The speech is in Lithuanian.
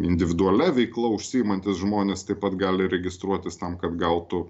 individualia veikla užsiimantys žmonės taip pat gali registruotis tam kad gautų